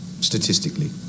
statistically